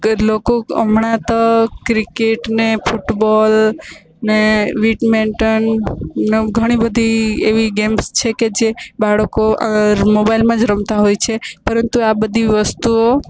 લોકો હમણાં તો ક્રિકેટ ને ફૂટબોલ ને બેડમિન્ટન ઘણી બધી એવી ગેમ્સ છે કે જે બાળકો મોબાઈલમાં જ રમતા હોય છે પરંતુ આ બધી વસ્તુઓ